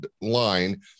line